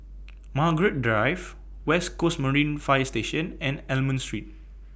Margaret Drive West Coast Marine Fire Station and Almond Street